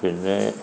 പിന്നെ